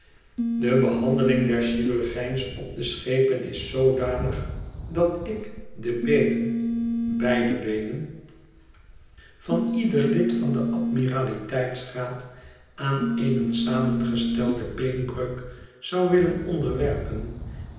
de behandeling der chirurgijns op de schepen is zoodanig dat ik de boenen beide beenen van ieder lid van den admiraliteitsraad aan eene samengestelde beenbreuk zou willen onderwerpen